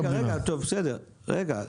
טוב בסדר, רגע תשמע.